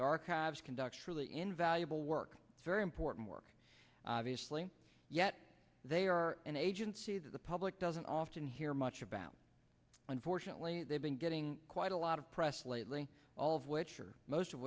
their archives conduct truly invaluable work very important work obviously yet they are an agency that the public doesn't often hear much about unfortunately they've been getting quite a lot of press lately all of which are most of